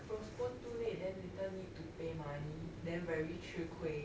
postponed too late then little need to pay money then very 吃亏